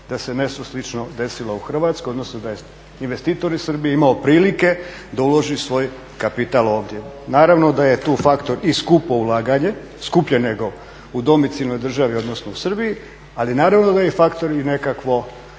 da se nešto slično desilo u Hrvatskoj, odnosno da je investitor iz Srbije imao prilike da uloži svoj kapital ovdje. Naravno da je tu faktor i skupo ulaganje, skuplje nego u domicilnoj državi, odnosno u Srbiji. Ali naravno da je i faktor i nekakvo